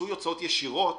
כיסוי הוצאות ישירות